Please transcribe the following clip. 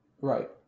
Right